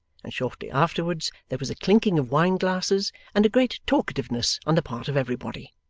and shortly afterwards there was a clinking of wine-glasses and a great talkativeness on the part of everybody.